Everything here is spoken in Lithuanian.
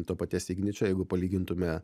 to paties igničio jeigu palygintume